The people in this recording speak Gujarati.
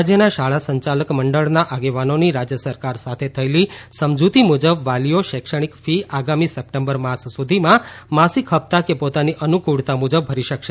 રાજ્યના શાળા સંચાલક મંડળના આગેવાનોની રાજ્ય સરકાર સાથે થયેલી સમજ્ઞતી મુજબ વાલીઓ શૈક્ષણિક ફી આગામી સપ્ટેમ્બર માસ સુધીમાં માસિક હપ્તા કે પોતાની અનુફૂળતા મુજબ ભરી શકશે